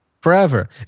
forever